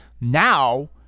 now